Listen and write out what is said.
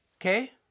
Okay